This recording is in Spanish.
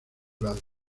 lado